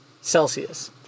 Celsius